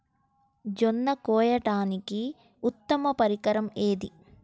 జొన్న కోయడానికి ఉత్తమ పరికరం ఏది?